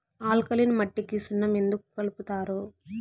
alkaline మట్టికి సున్నం ఎందుకు కలుపుతారు